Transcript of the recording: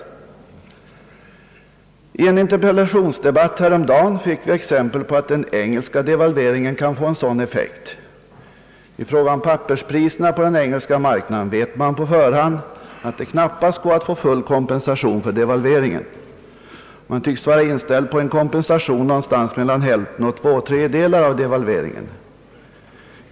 I en interpellationsdebatt häromdagen fick vi exempel på att den engelska devalveringen kan få en sådan effekt. I fråga om papperspriserna på den engelska marknaden vet man på förhand att det knappast går att få full kompensation för devalveringen. Man tycks vara inställd på en kompensation någonstans mellan hälften och två tredjedelar av devalveringen.